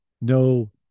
no